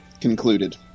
concluded